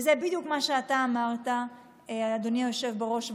וזה בדיוק מה שאתה אמרת, אדוני היושב-בראש ואטורי.